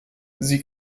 sie